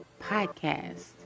podcast